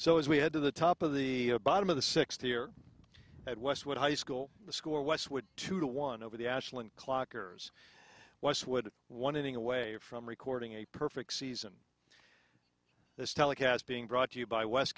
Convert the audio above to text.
so as we head to the top of the bottom of the sixth year at westwood high school the score westwood two to one over the ashland clockers westwood one inning away from recording a perfect season this telecast being brought to you by west